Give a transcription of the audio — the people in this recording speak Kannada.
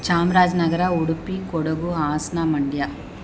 ಚಾಮರಾಜನಗರ ಉಡುಪಿ ಕೊಡಗು ಹಾಸನ ಮಂಡ್ಯ